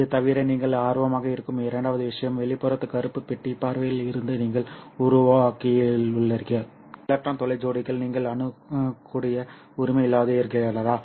இது தவிர நீங்கள் ஆர்வமாக இருக்கும் இரண்டாவது விஷயம் வெளிப்புற கருப்பு பெட்டி பார்வையில் இருந்து நீங்கள் உருவாக்கியுள்ளீர்கள் சில எலக்ட்ரான் துளை ஜோடிகள் நீங்கள் அணுகக்கூடிய உரிமை இல்லாதிருக்கிறதா